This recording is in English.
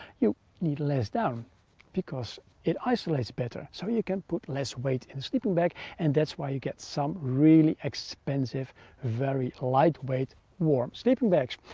you need less down because it isolates better. so you can put less weight in the sleeping bag. and that's why you get some really expensive very lightweight warm sleeping bags.